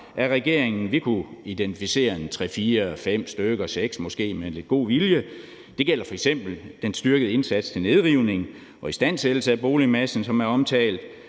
af regeringen. Vi kunne identificere tre, fire, fem stykker eller måske seks med lidt god vilje. Det gælder f.eks. den styrkede indsats for nedrivning og istandsættelse af boligmassen, som er omtalt,